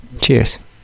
Cheers